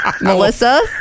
Melissa